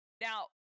now